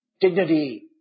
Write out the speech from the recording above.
dignity